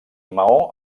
maó